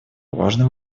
важным